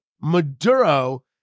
Maduro